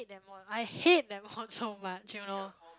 hate them all I hate them all so much you know